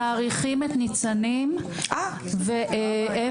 מאריכים את ניצנים ואיפה,